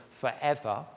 forever